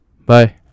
bye